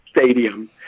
stadium